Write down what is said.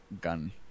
gun